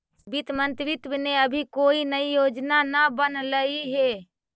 वित्त मंत्रित्व ने अभी कोई नई योजना न बनलई हे